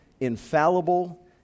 Infallible